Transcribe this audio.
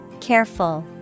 Careful